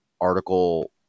article